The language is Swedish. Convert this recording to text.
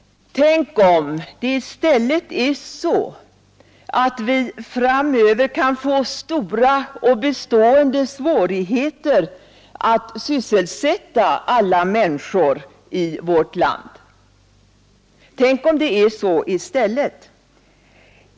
Tänk om det i stället är så, att vi framöver kan få stora och bestående svårigheter att sysselsätta alla människor i vårt land!